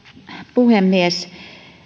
puhemies